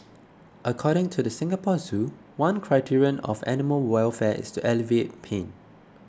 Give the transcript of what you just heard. according to the Singapore Zoo one criterion of animal welfare is to alleviate pain